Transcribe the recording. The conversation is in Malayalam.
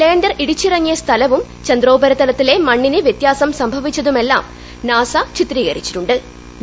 ലാൻഡർ ഇടിച്ചിറങ്ങിയ സ്ഥലവും ചന്ദ്രോപരിതലത്തിലെ മണ്ണിന് വൃത്യാസം സംഭവിച്ചതുമെല്ലാം നാസ ചിത്രീകരിച്ചിട്ടു്